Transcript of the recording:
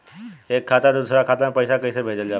एक खाता से दूसरा खाता में पैसा कइसे भेजल जाला?